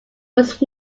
was